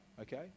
Okay